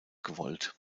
gewollt